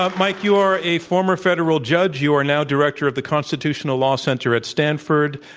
um mike, you are a formal federal judge. you are now director of the constitutional law center at stanford